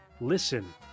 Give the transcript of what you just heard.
listen